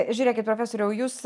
žiūrėkit profesoriau jūs